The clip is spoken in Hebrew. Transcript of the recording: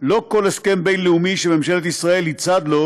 לא כל הסכם בין-לאומי שממשלת ישראל היא צד לו